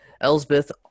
Elsbeth